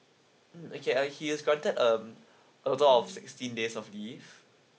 mm okay I here gotten um a total of sixteen days of leave